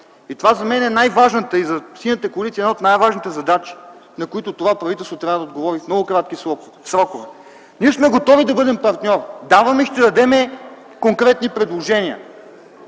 И това за мен и за Синята коалиция е една от най-важните задачи, на които това правителство трябва да отговори в най-кратки срокове. Ние сме готови да бъдем партньор. Даваме и ще дадем конкретни предложения.